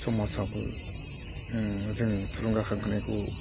समाजाबो जोङो थुलुंगाखांहोनायखौ